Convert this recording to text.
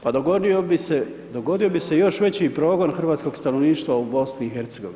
Pa dogodio bi se, dogodio bi se još veći progon hrvatskog stanovništva u BiH.